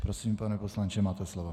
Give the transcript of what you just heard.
Prosím, pane poslanče, máte slovo.